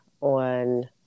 on